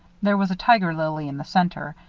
there was a tiger lily in the center,